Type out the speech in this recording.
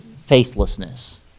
faithlessness